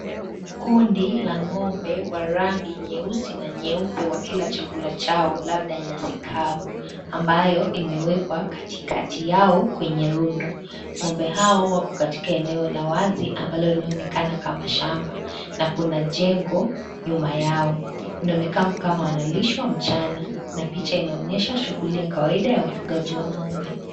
Kundi, la ng'ombe, wa rangi nyeusi na nyeupe wakila chakula chao, labda nyasi kavu ,ambayo imewekwa katikati yao kwenye rundo. Ng'ombe hao, wako katika eneo la wazi, ambalo linaonekana kama shamba na kuna jengo, nyuma yao, inaonekana kama wanalishwa mchana na picha inaonyesha shughuli ya kawaida ya ufugaji wa ng'ombe.